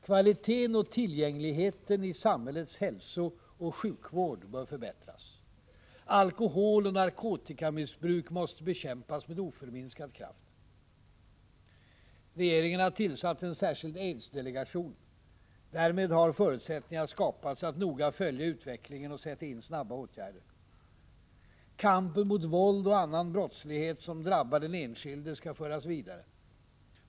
Kvaliteten och tillgängligheten i samhällets hälsooch sjukvård bör förbättras. Alkoholoch narkotikamissbruk måste bekämpas med oförminskad kraft. Regeringen har tillsatt en särskild aids-delegation. Därmed har förutsättningar skapats att noga följa utvecklingen och sätta in snabba åtgärder. Kampen mot våld och annan brottslighet som drabbar den enskilde skall föras vidare.